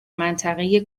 منطقه